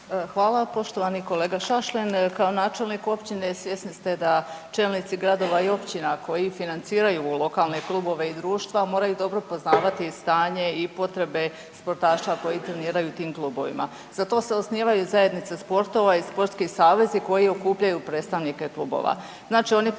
Hvala. Poštovani kolega Šašlin, kao načelnik općine svjesni ste da čelnici gradova i općina koji financiraju lokalne klubove i društva moraju dobro poznavati i stanje i potrebe sportaša koji treniraju u tim klubovima. Za to se osnivaju zajednice sportova i sportski savezi koji okupljaju predstavnike klubova.